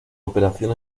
operación